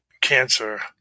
cancer